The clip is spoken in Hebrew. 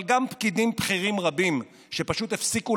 אבל גם פקידים בכירים רבים שפשוט הפסיקו